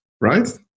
right